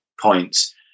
points